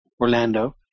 Orlando